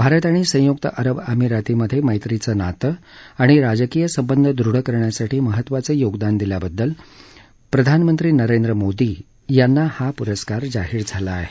भारत आणि संयुक्त अरब अमिरातीमधे मैत्रीचं नातं आणि राजकीय संबंध दृढ करण्यासाठी महत्वाचं योगदान दिल्याबद्दल प्रधानमंत्री नरेंद्र मोदी यांना हा पुरस्कार जाहीर झाला आहे